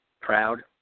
proud